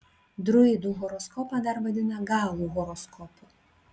druidų horoskopą dar vadina galų horoskopu